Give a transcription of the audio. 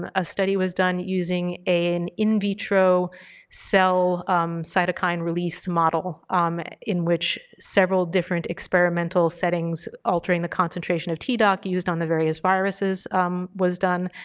um a study was done using an invitro cell cytokine release model in which several different experimental settings altering the concentration of tdoc used on the various viruses was done.